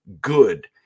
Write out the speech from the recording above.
good